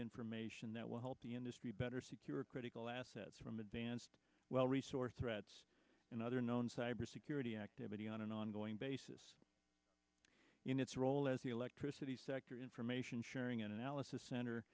information that will help the industry better secure critical assets well resourced threats and other known cybersecurity activity on an ongoing basis in its role as the electricity sector information sharing analysis cent